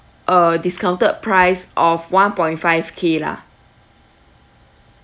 a discounted price of one point five K lah